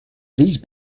these